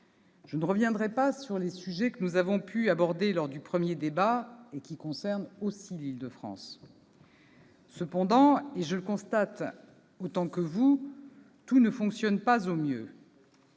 Je ne reviendrai pas sur les sujets que nous avons pu aborder lors de notre premier débat et qui concernaient aussi l'Île-de-France. Cependant, je le constate tout autant que vous, tout ne fonctionne pas au mieux.